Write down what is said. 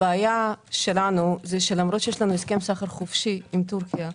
הבעיה שלנו היא שלמרות שיש לנו הסכם סחר חופשי עם טורקיה,